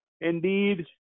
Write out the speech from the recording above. Indeed